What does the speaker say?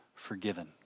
Forgiven